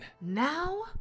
Now